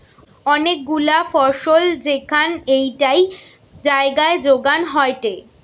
অনেক গুলা ফসল যেখান একটাই জাগায় যোগান হয়টে